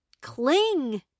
cling